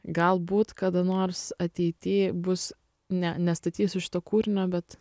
galbūt kada nors ateity bus ne nestatysiu šito kūrinio bet